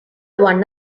won